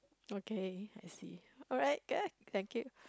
okay I see alright I guess thank you